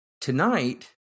Tonight